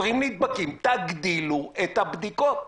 20 נדבקים, תגדילו את הבדיקות.